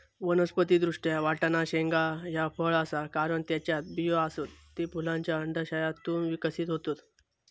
वनस्पति दृष्ट्या, वाटाणा शेंगा ह्या फळ आसा, कारण त्येच्यात बियो आसत, ते फुलांच्या अंडाशयातून विकसित होतत